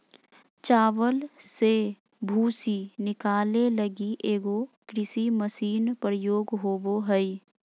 चावल से भूसी निकाले लगी एगो कृषि मशीन प्रयोग होबो हइ